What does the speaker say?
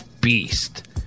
beast